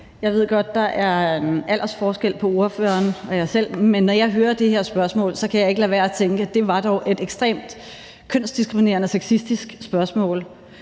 Jeg ved godt, at der er en aldersforskel på ordføreren og mig selv, men når jeg hører det her spørgsmål, kan jeg ikke lade være at tænke, at det dog var et enormt kønsdiskriminerende og sexistisk spørgsmål.